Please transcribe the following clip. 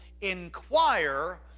inquire